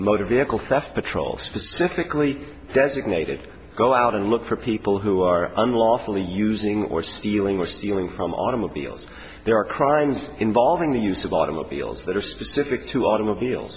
a motor vehicle theft patrol specifically designated go out and look for people who are unlawfully using or stealing or stealing from automobiles there are crimes involving the use of automobiles that are specific to automobile